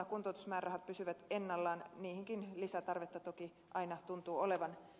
kuntoutusmäärärahat pysyvät ennallaan niihinkin lisätarvetta toki aina tuntuu olevan